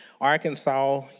Arkansas